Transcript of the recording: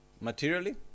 Materially